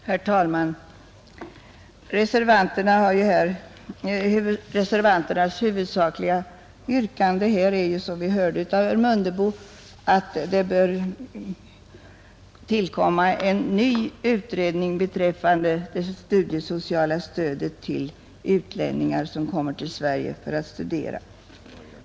Herr talman! Reservanternas huvudsakliga yrkande är ju, som vi hörde av herr Mundebo, att det bör tillkomma en ny utredning beträffande det studiesociala stödet till utlänningar som kommer till Sverige för att studera.